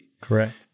Correct